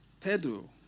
Pedro